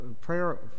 prayer